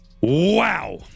Wow